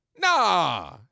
Nah